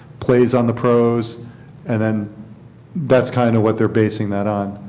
place on the pros and then that is kind of what they are basing that on.